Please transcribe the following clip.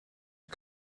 the